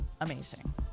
Amazing